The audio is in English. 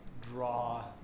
draw